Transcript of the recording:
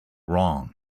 wrong